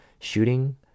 shooting